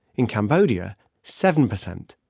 in cambodia seven percent.